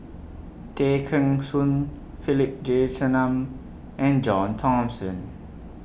Tay Kheng Soon Philip Jeyaretnam and John Thomson